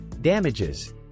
Damages